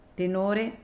tenore